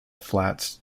flats